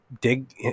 dig